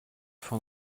von